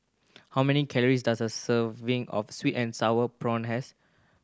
how many calories does a serving of sweet and sour prawn has